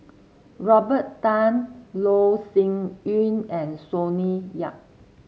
Robert Tan Loh Sin Yun and Sonny Yap